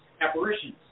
apparitions